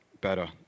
better